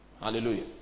Hallelujah